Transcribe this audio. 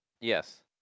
Yes